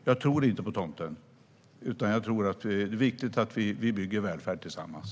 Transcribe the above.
Jag tror inte på tomten, utan jag tror att det är viktigt att vi bygger välfärd tillsammans.